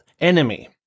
enemy